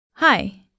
Hi